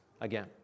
again